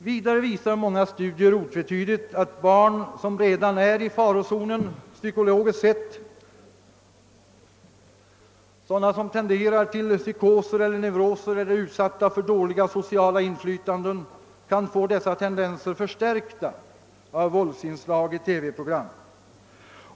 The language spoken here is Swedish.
Vidare visar många studier otvetydigt att barn som redan är i farozonen psykologiskt sett, barn som tenderar till psykoser eller neuroser eller är utsatta för dåliga sociala inflytanden kan få beteenden och handlingsmönster dessa tendenser förstärkta av våldsinslag i TV-program.